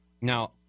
Now